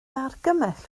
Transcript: argymell